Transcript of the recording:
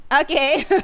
okay